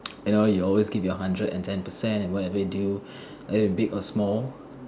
you know you always give your hundred and ten percent in whatever you do every big or small